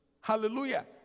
Hallelujah